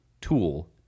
tool